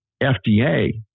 FDA